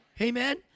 Amen